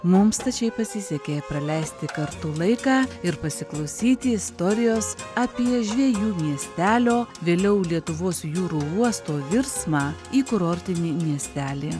mums stačiai pasisekė praleisti kartu laiką ir pasiklausyti istorijos apie žvejų miestelio vėliau lietuvos jūrų uosto virsmą į kurortinį miestelį